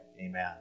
Amen